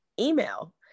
email